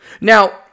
Now